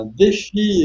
défi